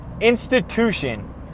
institution